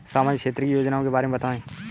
सामाजिक क्षेत्र की योजनाओं के बारे में बताएँ?